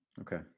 Okay